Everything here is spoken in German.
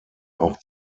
auch